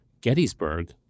Gettysburg